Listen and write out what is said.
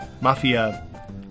Mafia